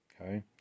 okay